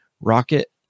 rocket